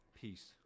peace